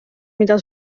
mida